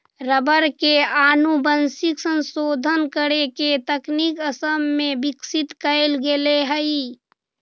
rubber के आनुवंशिक संशोधन करे के तकनीक असम में विकसित कैल गेले हई